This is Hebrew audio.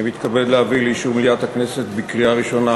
אני מתכבד להביא לאישור מליאת הכנסת בקריאה ראשונה